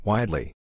Widely